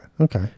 Okay